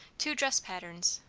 two dress patterns,